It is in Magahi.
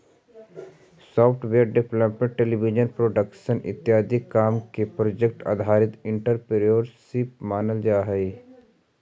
सॉफ्टवेयर डेवलपमेंट टेलीविजन प्रोडक्शन इत्यादि काम के भी प्रोजेक्ट आधारित एंटरप्रेन्योरशिप मानल जा हई